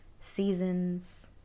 seasons